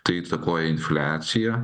tai įtakoja infliaciją